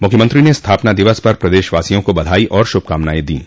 मुख्यमंत्री ने स्थापना दिवस पर प्रदेशवासियों को बधाई और शुभकामनाएं दीं